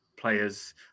players